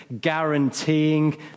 guaranteeing